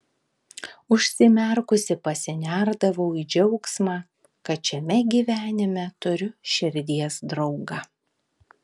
užsimerkusi pasinerdavau į džiaugsmą kad šiame gyvenime turiu širdies draugą